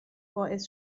باعث